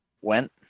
went